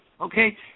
okay